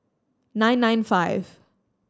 nine nine five